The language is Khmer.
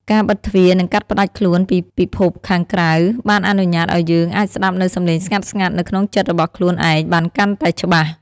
ការបិទទ្វារនិងកាត់ផ្តាច់ខ្លួនពីពិភពខាងក្រៅបានអនុញ្ញាតឱ្យយើងអាចស្តាប់នូវសំឡេងស្ងាត់ៗនៅក្នុងចិត្តរបស់ខ្លួនឯងបានកាន់តែច្បាស់។